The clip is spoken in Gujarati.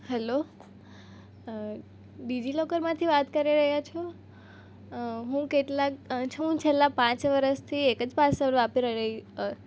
હલો ડિજિલોકરમાંથી વાત કરી રહ્યા છો હું કેટલાક હું છેલ્લા પાંચ વરસથી એક જ પાસવર્ડ વાપરી રહી